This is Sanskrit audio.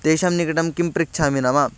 तेषां निकटं किं पृच्छामि नाम